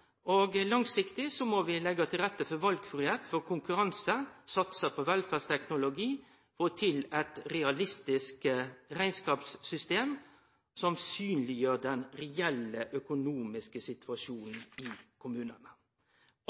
utfordringar. Langsiktig må vi leggje til rette for valfriheit, konkurranse, satsing på velferdsteknologi og eit realistisk rekneskapssystem, som synleggjer den reelle økonomiske situasjonen i kommunane.